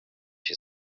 się